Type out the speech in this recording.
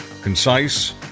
concise